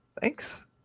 Thanks